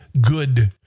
good